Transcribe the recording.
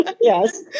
Yes